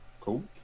Cool